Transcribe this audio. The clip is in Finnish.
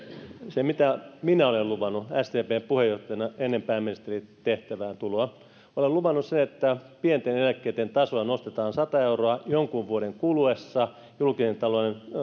se mitä minä olen luvannut sdpn puheenjohtajana ennen pääministerin tehtävään tuloa olen luvannut sen että pienten eläkkeitten tasoa nostetaan sata euroa jonkun vuoden kuluessa julkisen talouden